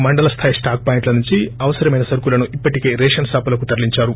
మండల స్థాయి స్టాకు పాయింట్ల నుంచి అవసరమైన సరుకులను ఇప్పటికే రేషన్ షాపులకు త్తరలించారు